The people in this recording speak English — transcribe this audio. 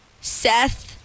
Seth